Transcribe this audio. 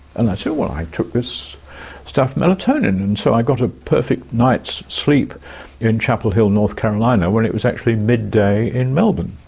and i said, so well, i took this stuff melatonin and so i got a perfect night's sleep in chapel hill, north carolina, when it was actually midday in melbourne.